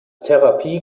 therapie